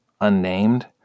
unnamed